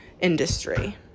industry